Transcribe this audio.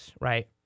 right